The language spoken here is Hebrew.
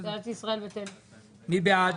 מי בעד?